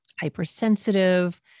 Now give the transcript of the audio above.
hypersensitive